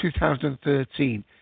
2013